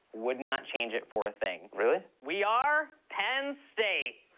would not change it for thing. really? we are penn state!